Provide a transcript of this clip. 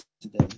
today